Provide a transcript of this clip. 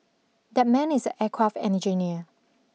that man is a aircraft engineer